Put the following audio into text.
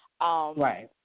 right